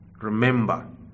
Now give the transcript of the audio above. Remember